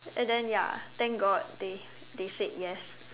and then ya thank God they they said yes